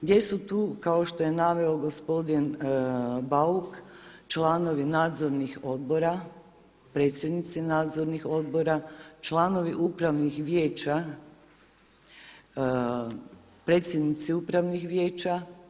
Gdje su tu kao što je naveo gospodin Bauk, članovi nadzornih odbora, predsjednici nadzornih odbora, članovi upravnih vijeća, predsjednici upravnih vijeća?